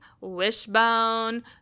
Wishbone